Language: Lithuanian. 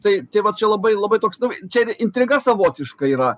tai tai vat čia labai labai toks čia ir intriga savotiška yra